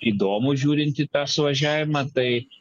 įdomu žiūrint į tą suvažiavimą tai